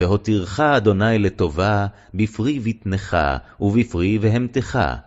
והותירך, אדוני לטובה, בפרי בטנך ובפרי בהמתך.